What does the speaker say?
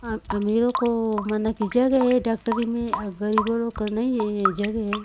अमीरों को जगह है डॉक्टरी में गरीबों लोगों को नई जगह है